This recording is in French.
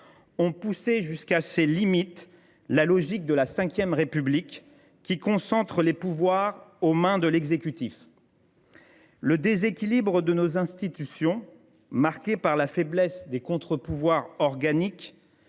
a poussé jusqu’à ses limites la logique de la VRépublique, qui concentre les pouvoirs aux mains de l’exécutif. Le déséquilibre de nos institutions, marqué par la faiblesse des contre pouvoirs organiques